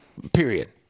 Period